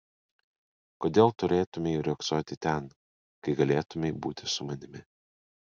kodėl turėtumei riogsoti ten kai galėtumei būti su manimi